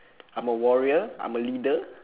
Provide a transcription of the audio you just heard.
I'm a warrior I'm a leader